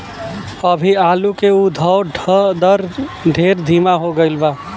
अभी आलू के उद्भव दर ढेर धीमा हो गईल बा